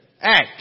act